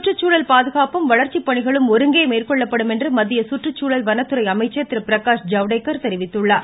சுற்றுச்சூழல் பாதுகாப்பும் வளர்ச்சிப் பணிகளும் ஒருங்கே மேற்கொள்ளப்படும் என்று மத்திய சுற்றுச்சூழல் வனத்துறை அமைச்சர் திருபிரகாஷ் ஜவ்டேகர் தெரிவித்துள்ளா்